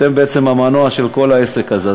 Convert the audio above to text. אתם בעצם המנוע של כל העסק הזה.